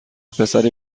پسری